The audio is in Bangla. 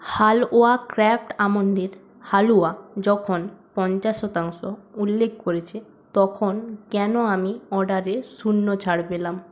হালওয়া ক্র্যাফ্ট আমণ্ডের হালুয়া যখন পঞ্চাশ শতাংশ উল্লেখ করেছে তখন কেন আমি অর্ডারে শূন্য ছাড় পেলাম